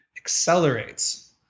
accelerates